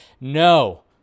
No